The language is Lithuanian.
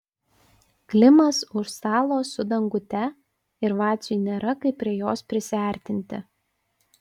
klimas už stalo su dangute ir vaciui nėra kaip prie jos prisiartinti